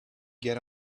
get